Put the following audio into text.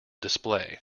display